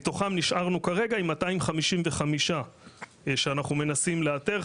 מתוכם נשארנו כרגע עם 255 אנשים שאנחנו מנסים לאתר,